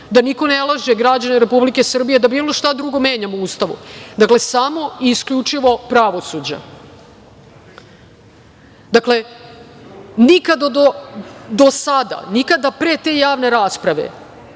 da niko ne laže građane Republike Srbije, da bilo šta drugo menjamo u Ustavu. Dakle, samo i isključivo pravosuđa. Dakle, nikada do sada, nikada pre te javne rasprave,